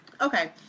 Okay